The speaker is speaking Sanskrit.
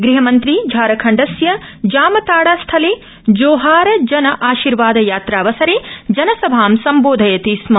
गृहमन्त्री झारखण्डस्य जामताड़ा स्थले जोहार जन आशीर्वाद यात्रावसरे जनसभा सम्बोधयति स्म